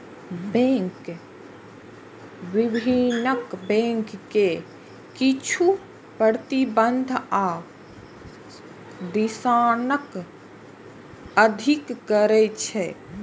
bank विनियमन bank कें किछु प्रतिबंध आ दिशानिर्देशक अधीन करै छै